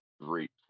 great